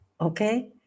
Okay